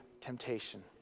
temptation